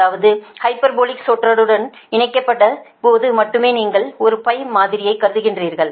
அதாவது ஹைபர்போலிக் சொற்றொடர் இணைக்கப்படாத போது மட்டுமே நீங்கள் ஒரு மாதரியை கருதுகிறீர்கள்